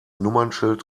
nummernschild